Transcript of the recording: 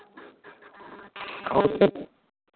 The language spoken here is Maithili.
आओर किछु